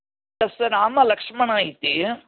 तस्य नाम लक्ष्मण इति